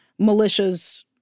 militias